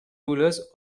rulers